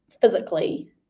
physically